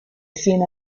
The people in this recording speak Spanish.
cien